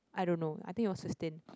I don't know I think it was fifteen